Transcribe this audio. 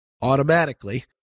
automatically